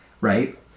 right